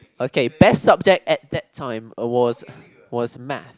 okay best subject at that time was was math